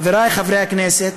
חברי חברי הכנסת,